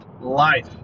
Life